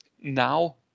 now